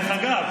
דרך אגב,